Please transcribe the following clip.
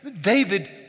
David